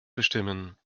bestimmen